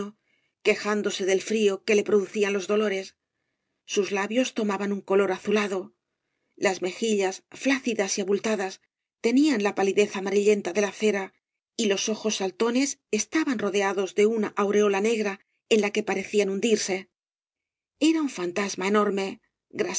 quejándose del frío que le producían los dolores sai labios tomaban un color azulado las mejillas flácidas y abultadas tenían la palidez amarilleóla de la cera y los ojos saltones estaban rodeados de una aureola negra en la que parecían hundirse era un fantasma enorme